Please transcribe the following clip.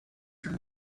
from